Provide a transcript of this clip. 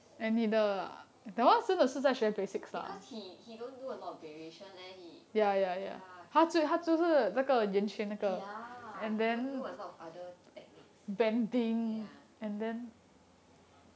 because he he don't do a lot of variation leh he ya ya he won't do a lot of other techniques ya